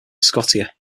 scotia